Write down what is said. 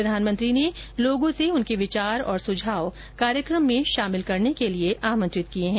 प्रधानमंत्री ने लोगों से उनके विचार और सुझाव कार्यक्रम में शामिल करने के लिए आमंत्रित किए हैं